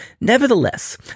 Nevertheless